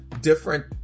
different